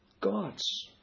gods